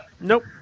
Nope